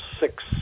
six